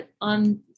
on